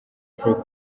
paul